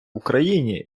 україні